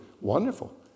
Wonderful